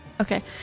Okay